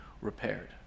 repaired